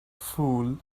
fool